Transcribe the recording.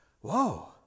whoa